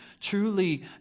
truly